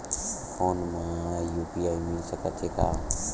Phone मा UPI मिल सकत हे का?